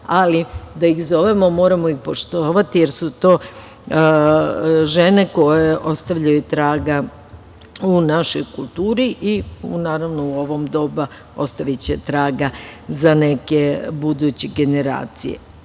ali da iz zovemo moramo ih poštovati jer su to žene koje ostavljaju traga u našoj kulturi i naravno u ovo doba ostaviće traga za neke buduće generacije. Mislim